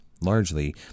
largely